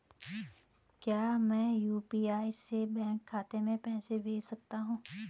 क्या मैं यु.पी.आई से बैंक खाते में पैसे भेज सकता हूँ?